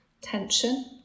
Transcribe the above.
tension